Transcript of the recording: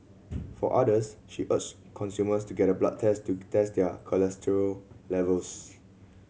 for others she urged consumers to get a blood test to test their cholesterol levels